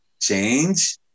change